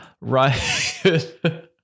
Right